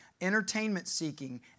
entertainment-seeking